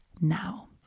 now